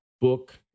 book